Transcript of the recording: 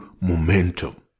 momentum